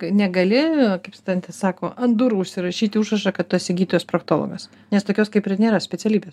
negali kaip studentai sako ant durų užsirašyti užrašą kad tu esi gydytojas proktologas nes tokios kaip ir nėra specialybės